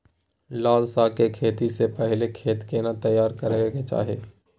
लाल साग के खेती स पहिले खेत केना तैयार करबा के चाही?